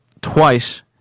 twice